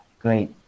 great